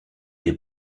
des